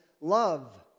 love